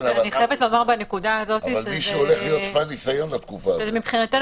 אבל מישהו הולך להיות שפן ניסיון לתקופה הזאת.